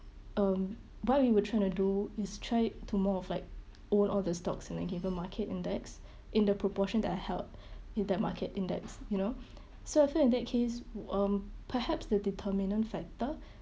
um what we will try to do is try to more of like own all the stocks in a given market index in the proportion that are held in that market index you know so I feel in that case um perhaps the determinant factor